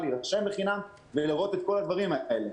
להירשם בחינם ולראות את כל הדברים האלה.